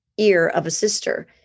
earofasister